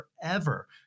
forever